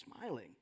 smiling